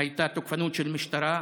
הייתה תוקפנות של המשטרה.